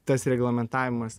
tas reglamentavimas